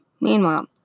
meanwhile